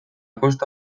kosta